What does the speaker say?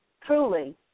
truly